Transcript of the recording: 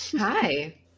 Hi